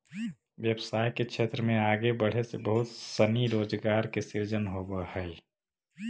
व्यवसाय के क्षेत्र में आगे बढ़े से बहुत सनी रोजगार के सृजन होवऽ हई